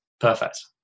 perfect